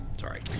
Sorry